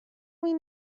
این